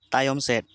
ᱛᱟᱭᱚᱢ ᱥᱮᱫ